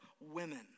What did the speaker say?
women